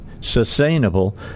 sustainable